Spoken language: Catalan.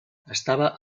estava